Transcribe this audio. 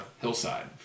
hillside